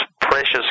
precious